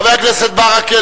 חבר הכנסת ברכה,